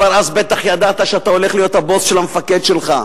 כבר אז בטח ידעת שאתה הולך להיות הבוס של המפקד שלך,